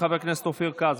חבר הכנסת אופיר כץ,